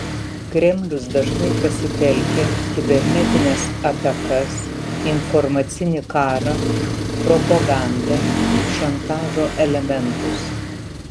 kremlius dažniai pasitelkia kibernetines atakas informacinį karą propagandą šantažo elementus